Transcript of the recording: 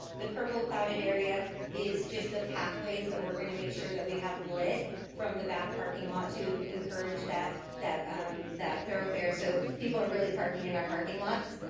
the purple clouded area is just the pathways that we're gonna make sure that we have lit from the back parking lot to encourage that that thoroughfare so people are really parking in our parking lots.